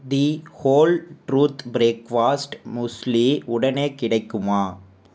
தி whole truth breakfast muesli உடனே கிடைக்குமா